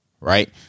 Right